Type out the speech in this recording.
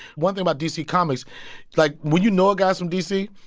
one thing about d c. comics like, when you know a guy's from d c.